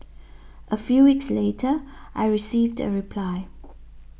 a few weeks later I received a reply